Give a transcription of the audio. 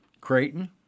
Creighton